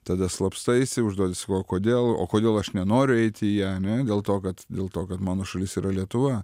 tada slapstaisi užduodi sakau o kodėl o kodėl aš nenoriu eiti į ją ane dėl to kad dėl to kad mano šalis yra lietuva